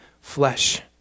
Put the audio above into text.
flesh